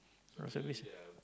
reservist